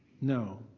No